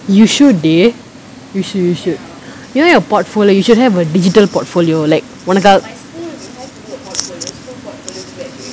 you should day you should you should you know your portfolio you should have a digital portfolio like ஒனக்காக:onakaaga